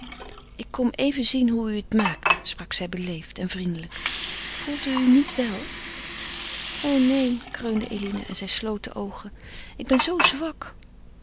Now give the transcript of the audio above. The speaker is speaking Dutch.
ik kom even zien hoe u het maakt sprak zij beleefd en vriendelijk voelt u u niet wel o neen kreunde eline en zij sloot de oogen ik ben zoo zwak